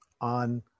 on